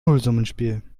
nullsummenspiel